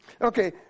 okay